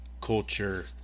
culture